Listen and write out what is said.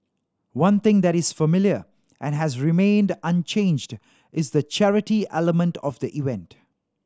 one thing that is familiar and has remained unchanged is the charity element of the event